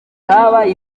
habaye